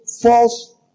false